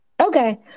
Okay